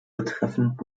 betreffend